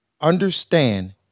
understand